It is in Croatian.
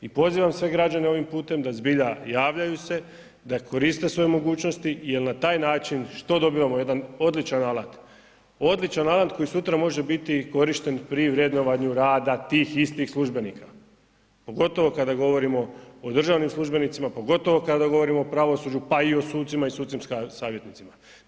I pozivam sve građane ovim putem da zbilja javljaju se, da koriste svoje mogućnosti jer na taj način što dobivamo, jedan odličan alat, odličan alat koji sutra može biti korišten pri vrednovanju rada tih istih službenika, pogotovo kada govorimo o državnim službenicima, pogotovo kada govorimo o pravosuđu pa i sucima i sudskim savjetnicima.